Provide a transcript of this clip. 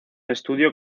estudio